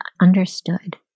understood